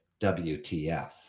WTF